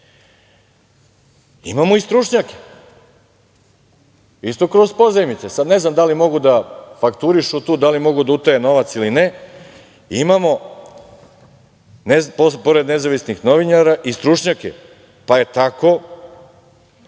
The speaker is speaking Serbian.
i stručnjake, isto kroz pozajmice. Sada, ne znam da li mogu da fakturišu tu, da li mogu da utaje novac ili ne. Imamo pored nezavisnih novinara i stručnjake, pa je tako